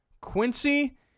Quincy